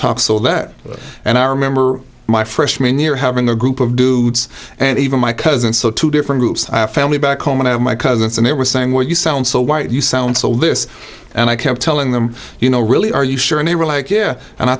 talk so that and i remember my freshman year having a group of dude and even my cousin so two different groups family back home and i know my cousins and they were saying well you sound so white you sound so liss and i kept telling them you know really are you sure and they were like yeah and i